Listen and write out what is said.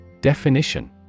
Definition